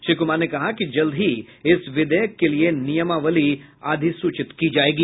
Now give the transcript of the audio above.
श्री कुमार ने कहा कि जल्द ही इस विधेयक के लिए नियमावली अधिसूचित की जायेगी